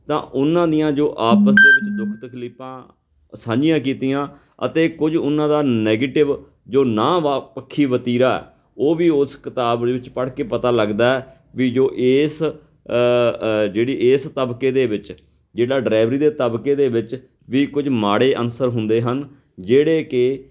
ਤਾਂ ਉਹਨਾਂ ਦੀਆਂ ਜੋ ਆਪਸ ਦੇ ਵਿੱਚ ਦੁੱਖ ਤਕਲੀਫਾਂ ਸਾਂਝੀਆਂ ਕੀਤੀਆਂ ਅਤੇ ਕੁਝ ਉਹਨਾਂ ਦਾ ਨੈਗੇਟਿਵ ਜੋ ਨਾ ਵਾ ਪੱਖੀ ਵਤੀਰਾ ਉਹ ਵੀ ਉਸ ਕਿਤਾਬ ਦੇ ਵਿੱਚ ਪੜ੍ਹ ਕੇ ਪਤਾ ਲੱਗਦਾ ਵੀ ਜੋ ਇਸ ਜਿਹੜੀ ਇਸ ਤਬਕੇ ਦੇ ਵਿੱਚ ਜਿਹੜਾ ਡਰਾਈਵਰੀ ਦੇ ਤਬਕੇ ਦੇ ਵਿੱਚ ਵੀ ਕੁਝ ਮਾੜੇ ਅਨਸਰ ਹੁੰਦੇ ਹਨ ਜਿਹੜੇ ਕਿ